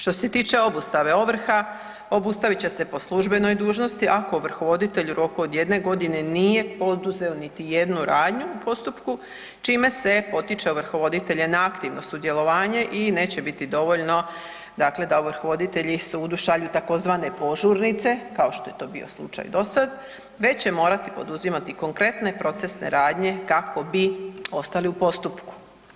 Što se tiče obustave ovrha, obustavit će se po službenoj dužnosti, ako ovrhovoditelj u roku od 1 godine nije poduzeo niti jednu radnju u postupku čime se potiče ovrhovoditelja na aktivno sudjelovanje i neće biti dovoljno dakle da ovrhovoditelji sudu šalju tzv. požurnice kao što je to bio slučaj dosada, već će morati poduzimati konkretne procesne radnje kako bi ostali u postupku.